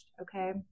okay